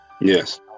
Yes